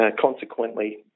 consequently